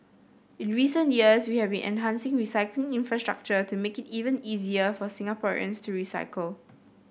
in recent years we have been enhancing recycling infrastructure to make it even easier for Singaporeans to recycle